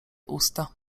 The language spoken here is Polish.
usta